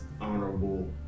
honorable